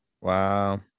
Wow